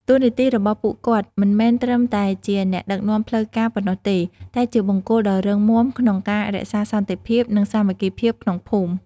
តួនាទីរបស់ពួកគាត់មិនមែនត្រឹមតែជាអ្នកដឹកនាំផ្លូវការប៉ុណ្ណោះទេ តែជាបង្គោលដ៏រឹងមាំក្នុងការរក្សាសន្តិភាព និងសាមគ្គីភាពក្នុងភូមិ។